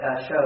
show